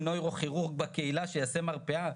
התשפ"א-2021".